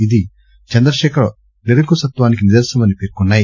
ఇది చంద్రశేఖరరావు నిరంకుశత్వానికి నిదర్శనమని పేర్కొన్నాయి